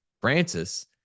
Francis